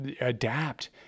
adapt